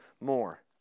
more